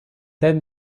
then